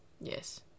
Yes